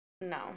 No